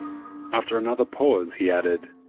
after another pause, he added,